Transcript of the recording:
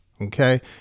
Okay